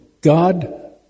God